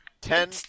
Ten